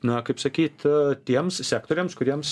na kaip sakyt tiems sektoriams kuriems